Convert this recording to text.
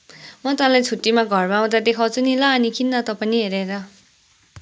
म तँलाई छुट्टीमा घर आउँदा देखाउँछु नि ल अनि किन्न तँ पनि हरेर